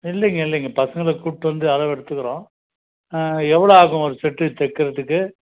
இல்லைங்க இல்லைங்க பசங்களை கூப்பிட்டு வந்து அளவெடுத்துக்கிறோம் எவ்வளோ ஆகும் ஒரு செட்டு தைக்கிறதுக்கு